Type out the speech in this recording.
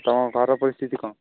ତମ ଘରର ପରିସ୍ଥିତି କ'ଣ